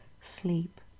sleep